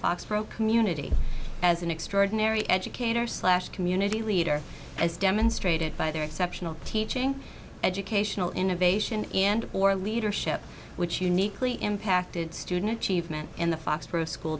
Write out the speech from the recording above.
foxboro community as an extra narry educator slash community leader as demonstrated by their exceptional teaching educational innovation and or leadership which uniquely impacted student achievement in the foxboro school